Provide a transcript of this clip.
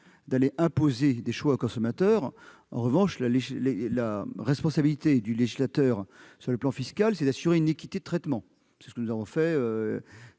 d'imposer des choix aux consommateurs. En revanche, la responsabilité du législateur d'un point de vue fiscal est d'assurer une équité de traitement. C'est ce que nous avons fait-